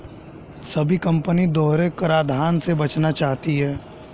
सभी कंपनी दोहरे कराधान से बचना चाहती है